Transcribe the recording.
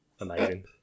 Amazing